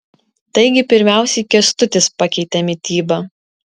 taigi pirmiausiai kęstutis pakeitė mitybą